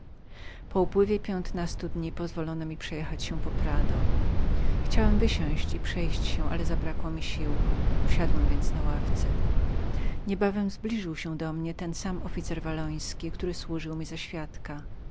po upływie piętnastu dni pozwolono mi przejechać się w prado chciałem wysiąść i przejść się ale zabrakło mi sił usiadłem więc na ławce niebawem zbliżył się do mnie ten sam officer walloński który służył mi za świadka